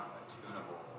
attunable